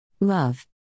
Love